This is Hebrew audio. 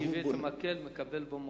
מי שהביא את המקל מקבל בו מכות.